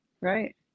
Right